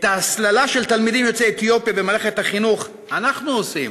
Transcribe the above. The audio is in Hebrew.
את ההסללה של התלמידים יוצאי אתיופיה במערכת החינוך אנחנו עושים,